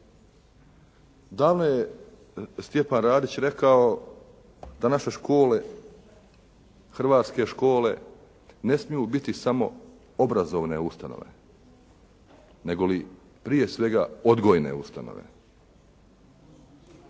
Davno je Stjepan Radić rekao da naše škole, hrvatske škole ne smiju biti samo obrazovne ustanove nego prije svega odgojne ustanove.